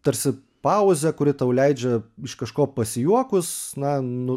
tarsi pauzė kuri tau leidžia iš kažko pasijuokus na nu